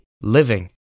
living